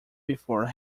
before